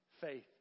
faith